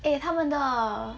eh 他们的